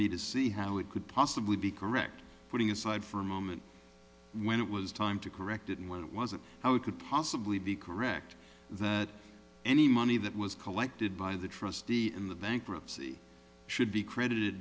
me to see how it could possibly be correct putting aside for a moment when it was time to correct it and when it wasn't how it could possibly be correct that any money that was collected by the trustee in the bankruptcy should be credited